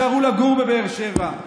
יישארו לגור בבאר שבע,